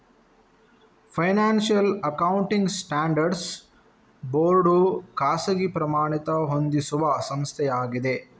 financial accounting standards board ಖಾಸಗಿ ಪ್ರಮಾಣಿತ ಹೊಂದಿಸುವ ಸಂಸ್ಥೆಯಾಗಿದೆ